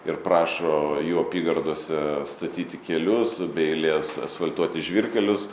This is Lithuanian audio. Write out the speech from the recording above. ir prašo jų apygardose statyti kelius be eilės asfaltuoti žvyrkelius